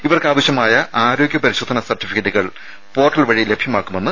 ഇവർക്കാവശ്യമായ അരോഗ്യ പരിശോധനാ സർട്ടിഫിക്കറ്റുകൾ പോർട്ടൽ വഴി ലഭ്യമാക്കും